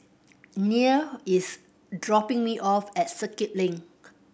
Neal is dropping me off at Circuit Link